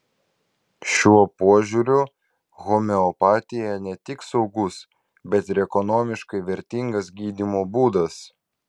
šiuo požiūriu homeopatija ne tik saugus bet ir ekonomiškai vertingas gydymo būdas